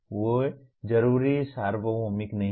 वे जरूरी सार्वभौमिक नहीं हैं